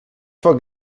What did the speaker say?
vor